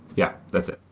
yeah, that's it.